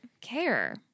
care